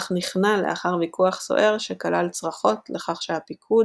אך נכנע לאחר ויכוח סוער שכלל צרחות לכך שהפיקוד